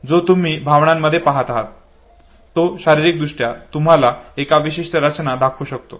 जो तुम्ही या भावनांमध्ये पहात आहात तो शारीरिकदृष्ट्या तुम्हाला एक विशिष्ट रचना दाखवू शकतो